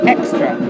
Extra